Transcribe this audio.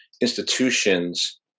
institutions